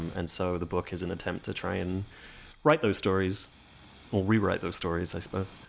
and so the book is an attempt to try and write those stories or rewrite those stories, i suppose